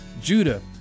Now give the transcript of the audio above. Judah